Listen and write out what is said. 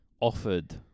offered